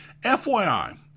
FYI